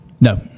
No